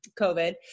COVID